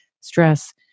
stress